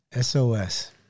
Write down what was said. SOS